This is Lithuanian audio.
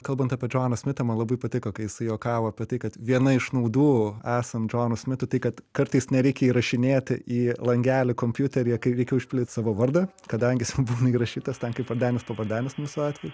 kalbant apie džoną smitą man labai patiko kai jis juokavo apie tai kad viena iš naudų esant džonu smitu tai kad kartais nereikia įrašinėti į langelį kompiuteryje kai reikia užpildyt savo vardą kadangi jisai būna įrašytas ten kaip vardenis pavardenis mūsų atveju